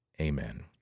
Amen